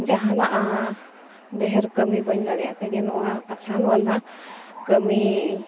ᱡᱟᱦᱟᱱᱟᱜ ᱰᱷᱮᱹᱨ ᱠᱟᱹᱢᱤ ᱵᱟᱹᱧ ᱫᱟᱲᱮᱭᱟᱜ ᱛᱮᱜᱮ ᱱᱚᱣᱟ ᱟᱥᱟᱱ ᱠᱟᱹᱢᱤ